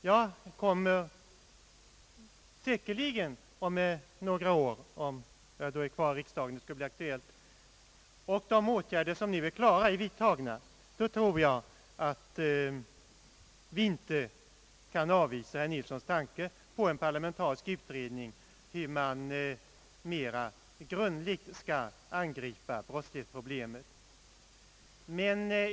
Om jag stannar kvar i riksdagen, kommer jag säkerligen om några år, när de åtgärder som nu är färdiga för behandling är vidtagna, att vara bland dem som anser, att vi inte kan avvisa tanken på en parlamentarisk utredning om hur man mera grundligt skall angripa detta problem.